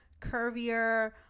curvier